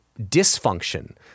dysfunction